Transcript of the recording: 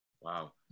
Wow